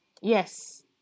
Yes